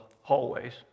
hallways